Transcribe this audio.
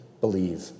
believe